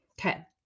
Okay